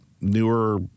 newer